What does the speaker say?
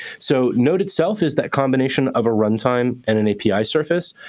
so node itself is that combination of a runtime and an api surface.